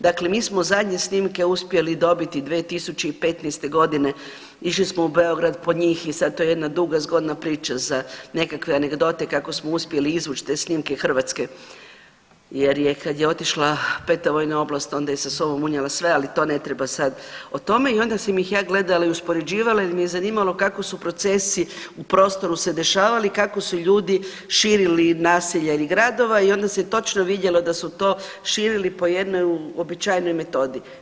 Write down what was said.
Dakle, mi smo zadnje snimke uspjeli dobiti 2015.g. išli smo u Beograd po njih i sad je to jedna duga zgodna priča za nekakve anegdote kako smo uspjeli izvuć te snimke Hrvatske jer je kad je otišla 5. vojna oblast onda je sa sobom unijela sve, ali to ne treba sada o tome i onda sam ih ja gledala i uspoređivala jer me je zanimalo kako su procesi u prostoru se dešavali, kako su ljudi širili naselja ili gradova i onda se točno vidjelo da su to širili po jednoj uobičajenoj metodi.